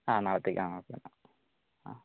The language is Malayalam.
ആ നാളത്തേക്ക് ആ ഓക്കേ എന്നാൽ ആ